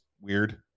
weird